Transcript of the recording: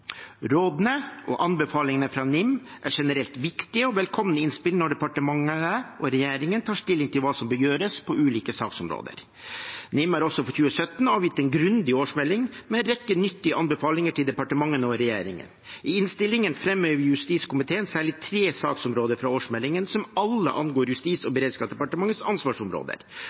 Rådene og anbefalingene fra NIM er generelt viktige og velkomne innspill når departementene og regjeringen tar stilling til hva som bør gjøres på ulike saksområder. NIM har også for 2017 avgitt en grundig årsmelding med en rekke nyttige anbefalinger til departementene og regjeringen. I innstillingen fremmer justiskomiteen særlig tre saksområder fra årsmeldingen, som alle angår Justis- og beredskapsdepartementets ansvarsområder: